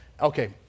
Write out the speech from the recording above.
Okay